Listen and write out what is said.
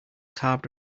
carved